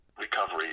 recovery